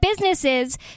businesses